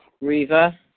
Riva